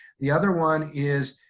the other one is,